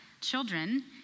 children